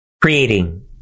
creating